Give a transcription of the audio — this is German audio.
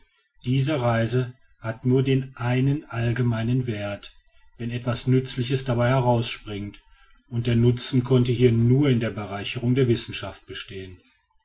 diese reise hat nur den einen allgemeinen wert wenn etwas nützliches dabei herausspringt und der nutzen konnte hier nur in der bereicherung der wissenschaft bestehen